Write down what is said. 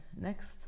Next